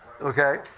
Okay